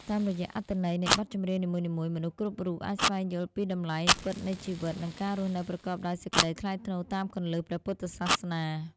តាមរយៈអត្ថន័យនៃបទចម្រៀងនីមួយៗ មនុស្សគ្រប់រូបអាចស្វែងយល់ពីតម្លៃពិតនៃជីវិត និងការរស់នៅប្រកបដោយសេចក្តីថ្លៃថ្នូរតាមគន្លងព្រះពុទ្ធសាសនា។